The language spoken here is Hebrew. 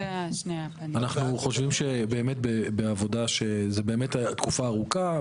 אנחנו חושבים שבאמת בעבודה שזה בתקופה ארוכה,